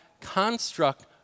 construct